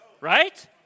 right